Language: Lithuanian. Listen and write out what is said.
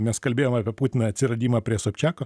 mes kalbėjom apie putino atsiradimą prie sobčiako